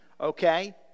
okay